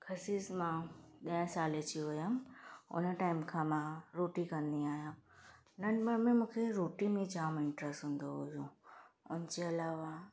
ख़सीस मां ॾहें साले जी हुयमि हुन टाइम खां मां रोटी कंदी आहियां नंढपण में मूंखे रोटी में जाम इंटरस हूंदो हुओ हुनजे अलावा